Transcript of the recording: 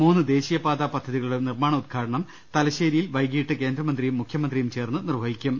മൂന്ന് ദേശീയപാതാ പദ്ധതികളുടെ നിർമാണ ഉദ്ഘാടനം തലശ്ശേരിയിൽ വൈകിട്ട് കേന്ദ്രമന്ത്രിയും മുഖ്യമന്ത്രിയും ചേർന്ന് നിർവഹിക്കും